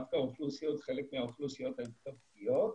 דווקא חלק מהאוכלוסיות היותר פגיעות,